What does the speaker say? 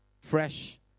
fresh